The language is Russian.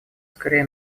скорее